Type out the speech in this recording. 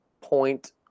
point